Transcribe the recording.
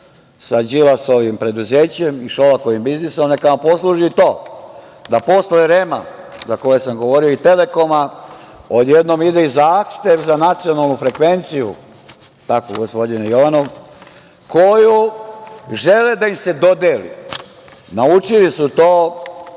sa Đilasovim preduzećem i Šolakovim biznisom neka vam posluži to da posle REM, za koji sam govorio, i „Telekoma“, odjednom ide i zahtev za nacionalnu frekvenciju, jel tako, gospodine Jovanov, koju žele da im se dodeli. Naučili su to